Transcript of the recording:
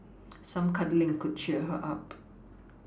some cuddling could cheer her up